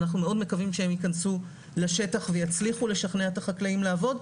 אנחנו מאוד מקווים שהם ייכנסו לשטח ויצליחו לשכנע את החקלאים לעבוד,